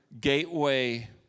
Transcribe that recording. gateway